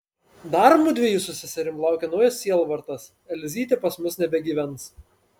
dar mudviejų su seserim laukia naujas sielvartas elzytė pas mus nebegyvens